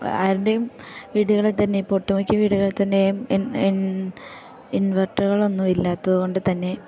ആരുടെയും വീടുകളിൽ തന്നെ ഇപ്പം ഒട്ടുമിക്ക വീടുകളിൽ തന്നെയും ഇൻ ഇൻ ഇൻവെർട്ടറുകളൊന്നും ഇല്ലാത്തതു കൊണ്ടു തന്നെ